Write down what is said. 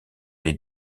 les